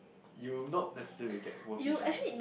you not necessary get world peace from that eh